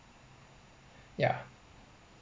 yeah